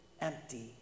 empty